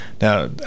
Now